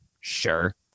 sure